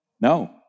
No